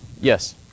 Yes